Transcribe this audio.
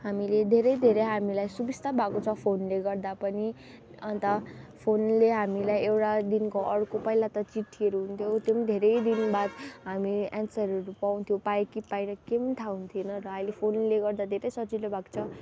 हामीले धेरै धेरै हामीलाई सुविस्ता भएको छ फोनले गर्दा पनि अन्त फोनले हामीलाई एउटा दिनको अर्को पहिला त चिट्ठीहरू हुन्थ्यो त्यो पनि धेरै दिन बाद हामी एन्सरहरू पाउँथ्यौँ पायो कि पाएन केही पनि थाहा हुन्थेन र अहिले फोनले गर्दा धेरै सजिलो भएको छ